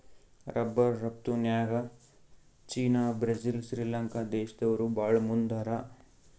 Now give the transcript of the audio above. rubber ರಫ್ತುನ್ಯಾಗ್ China Brazil Sri Lanka ದೇಶ್ದವ್ರು ಭಾಳ್ ಮುಂದ್ ಹಾರ